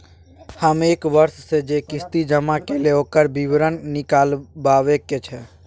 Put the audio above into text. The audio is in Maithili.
हम एक वर्ष स जे किस्ती जमा कैलौ, ओकर विवरण निकलवाबे के छै?